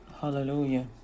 Hallelujah